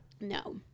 No